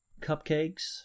cupcakes